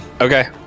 Okay